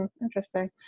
interesting